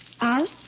Out